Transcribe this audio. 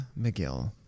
McGill